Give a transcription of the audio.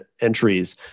entries